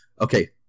okay